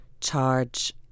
charge